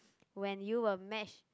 when you were match